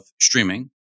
streaming